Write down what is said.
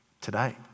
Today